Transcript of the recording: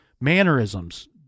mannerisms